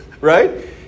right